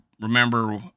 remember